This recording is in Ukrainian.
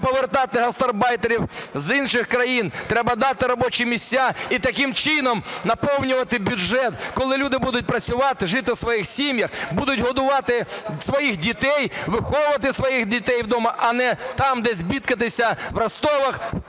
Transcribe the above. повертати остарбайтерів з інших країн. Треба дати робочі місця і таким чином наповнювати бюджет, коли люди будуть працювати, жити в своїх сім'ях, будуть годувати своїх дітей, виховувати своїх дітей вдома, а не там десь бідкатися в Ростовах, в Пітері,